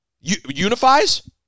unifies